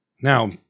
Now